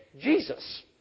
Jesus